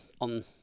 on